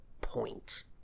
point